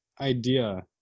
idea